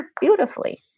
beautifully